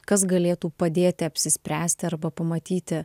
kas galėtų padėti apsispręsti arba pamatyti